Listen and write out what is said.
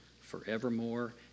forevermore